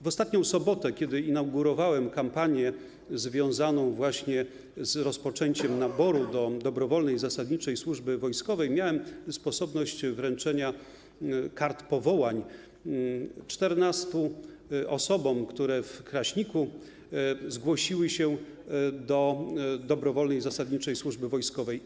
W ostatnią sobotę, kiedy inaugurowałem kampanię związaną właśnie z rozpoczęciem naboru do dobrowolnej zasadniczej służby wojskowej, miałem sposobność wręczenia kart powołań 14 osobom, które w Kraśniku zgłosiły się do dobrowolnej zasadniczej służby wojskowej.